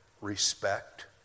respect